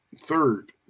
third